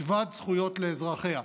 שוות זכויות לאזרחיה.